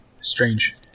strange